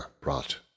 brought